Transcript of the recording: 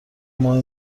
مهم